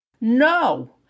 no